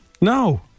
No